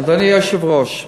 אדוני היושב-ראש,